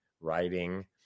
writing